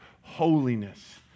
holiness